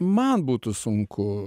man būtų sunku